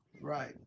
Right